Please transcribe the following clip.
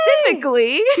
specifically